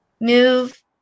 move